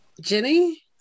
Jenny